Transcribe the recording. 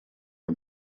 for